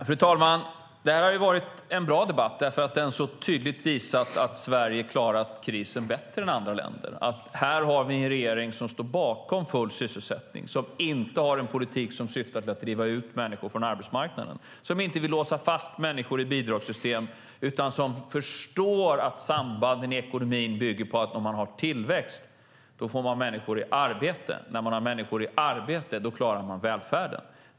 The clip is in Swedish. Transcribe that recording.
Fru talman! Detta har varit en bra debatt därför att den så tydligt har visat att Sverige har klarat krisen bättre än andra länder och att vi här har en regering som står bakom full sysselsättning. Vi har en regering som inte har en politik som syftar till att driva ut människor från arbetsmarknaden, som inte vill låsa fast människor i bidragssystem utan som förstår att sambanden i ekonomin bygger på att om man har tillväxt får man människor i arbete. Och när man har människor i arbete klarar man välfärden.